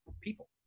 people